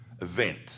event